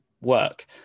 work